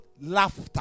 laughter